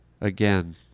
Again